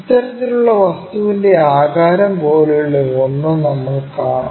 ഇത്തരത്തിലുള്ള വസ്തുവിൻറെ ആകാരം പോലുള്ള ഒന്ന് നമ്മൾ കാണും